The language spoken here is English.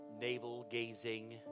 navel-gazing